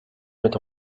mit